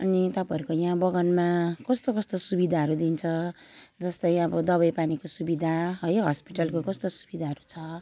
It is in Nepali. अनि तपाईँहरूको यहाँ बगानमा कस्तो कस्तो सुविधाहरू दिन्छ जस्तै अब दबाईपानीको सुविधा है हस्पिटलको कस्तो सुविधाहरू छ